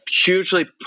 hugely